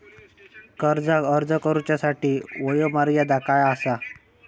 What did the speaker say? कर्जाक अर्ज करुच्यासाठी वयोमर्यादा काय आसा?